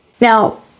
Now